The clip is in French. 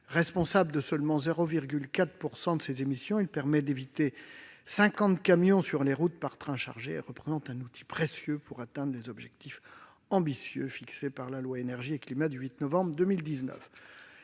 Responsable de seulement 0,4 % de ces émissions, il permet d'éviter cinquante camions sur les routes par train chargé et représente un outil précieux pour l'atteinte des objectifs ambitieux fixés par la loi relative à l'énergie et au climat du 8 novembre 2019.